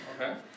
Okay